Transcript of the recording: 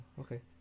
Okay